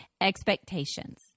expectations